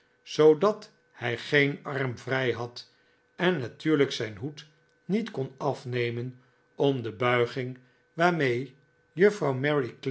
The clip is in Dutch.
zoodat hij geen arm vrij had en natuurlijk zijn hoed niet kon afnemen om de buiging waarmee juffrouw